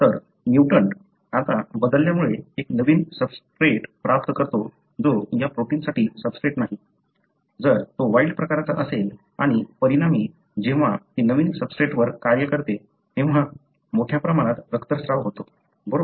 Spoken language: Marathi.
तर म्युटंट आता बदलल्यामुळे एक नवीन सब्सट्रेट प्राप्त करतो जो या प्रोटीनसाठी सब्सट्रेट नाही जर तो वाइल्ड प्रकारचा असेल आणि परिणामी जेव्हा ते नवीन सब्सट्रेटवर कार्य करते तेव्हा मोठ्या प्रमाणात रक्तस्त्राव होतो बरोबर